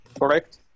Correct